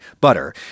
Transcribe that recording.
butter